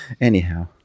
anyhow